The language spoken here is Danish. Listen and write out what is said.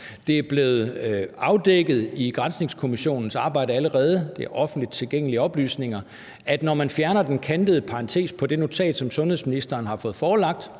allerede blevet afdækket i granskningskommissionens arbejde, og det er offentligt tilgængelige oplysninger. Når man fjerner den kantede parentes på det notat, som sundhedsministeren har fået forelagt,